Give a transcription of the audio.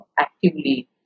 actively